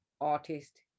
artist